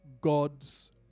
God's